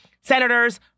Senators